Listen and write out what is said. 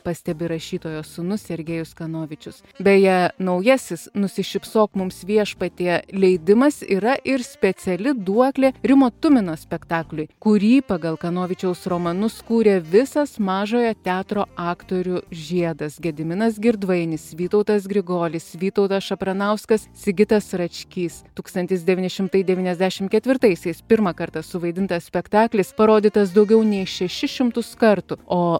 pastebi rašytojo sūnus sergejus kanovičius beje naujasis nusišypsok mums viešpatie leidimas yra ir speciali duoklė rimo tumino spektakliui kurį pagal kanovičiaus romanus kūrė visas mažojo teatro aktorių žiedas gediminas girdvainis vytautas grigolis vytautas šapranauskas sigitas račkys tūkstantis devyni šimtai devyniasdešimt ketvirtaisiais pirmą kartą suvaidintas spektaklis parodytas daugiau nei šešis šimtus kartų o